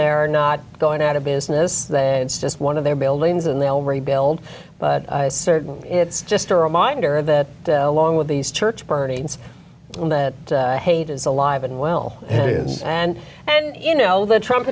they're not going out of business it's just one of their buildings and they'll rebuild but certainly it's just a reminder that along with these church burnings and that hate is alive and well it is and and you know the trump